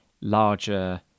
larger